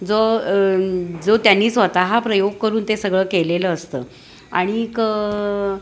जो जो त्यांनी स्वतः प्रयोग करून ते सगळं केलेलं असतं आणि